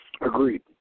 Agreed